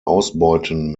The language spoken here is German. ausbeuten